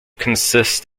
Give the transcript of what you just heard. consists